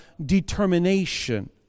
determination